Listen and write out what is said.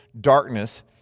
darkness